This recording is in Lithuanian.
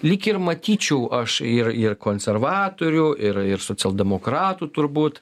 lyg ir matyčiau aš ir ir konservatorių ir ir socialdemokratų turbūt